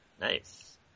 Nice